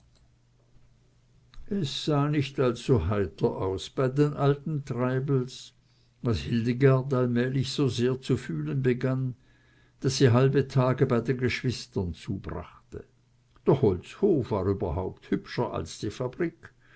es sah nicht allzu heiter aus bei den alten treibels was hildegard allmählich so sehr zu fühlen begann daß sie halbe tage bei den geschwistern zubrachte der holzhof war überhaupt hübscher als die fabrik